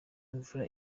imvura